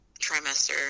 trimester